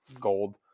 gold